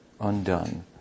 undone